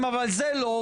אולי אתה לא,